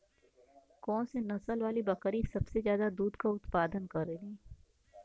कौन से नसल वाली बकरी सबसे ज्यादा दूध क उतपादन करेली?